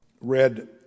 read